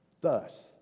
Thus